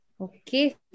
Okay